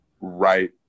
right